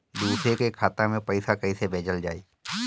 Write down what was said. दूसरे के खाता में पइसा केइसे भेजल जाइ?